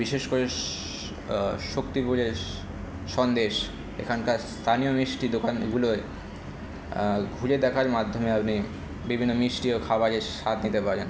বিশেষ করে শক্তিপুরে সন্দেশ এখানকার স্থানীয় মিষ্টি দোকান এগুলোয় ঘুরে দেখার মাধ্যমে আপনি বিভিন্ন মিষ্টি ও খাবারের স্বাদ নিতে পারেন